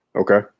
Okay